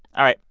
all right.